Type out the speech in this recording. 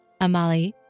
Amali